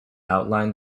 outlined